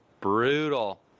Brutal